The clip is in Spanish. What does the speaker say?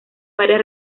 varias